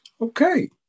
Okay